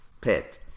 pet